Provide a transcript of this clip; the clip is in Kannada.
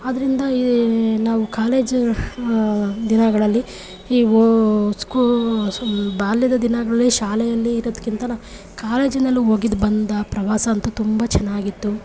ಆದ್ದರಿಂದ ಈ ನಾವು ಕಾಲೇಜು ದಿನಗಳಲ್ಲಿ ಇವು ಸ್ಕೂ ಬಾಲ್ಯದ ದಿನಗಳೇ ಶಾಲೆಯಲ್ಲಿ ಇರೋದಕ್ಕಿಂತ ನಾವು ಕಾಲೇಜಿನಲ್ಲಿ ಹೋಗಿದ್ದು ಬಂದ ಪ್ರವಾಸ ಅಂತೂ ತುಂಬ ಚೆನ್ನಾಗಿತ್ತು